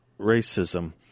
racism